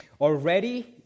Already